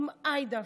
עם עאידה,